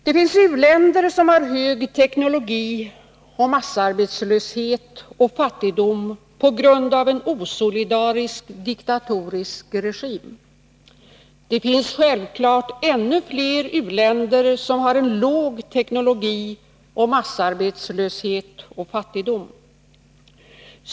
Det finns u-länder som har hög teknologi och massarbetslöshet och fattigdom på grund av en osolidarisk diktatorisk regim. Det finns självfallet ännu fler u-länder som har en låg teknologi och massarbetslöshet och fattigdom.